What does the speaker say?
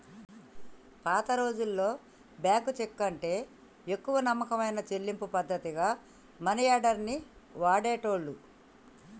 పాతరోజుల్లో బ్యేంకు చెక్కుకంటే ఎక్కువ నమ్మకమైన చెల్లింపు పద్ధతిగా మనియార్డర్ ని వాడేటోళ్ళు